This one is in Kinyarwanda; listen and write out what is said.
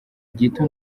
gito